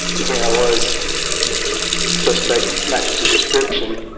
and here i was suspect matched the description.